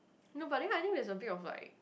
no but then I think there's a bit of like